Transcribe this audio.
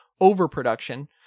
overproduction